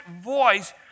voice